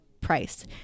price